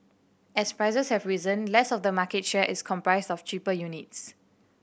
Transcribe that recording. as prices have risen less of the market share is comprised of cheaper units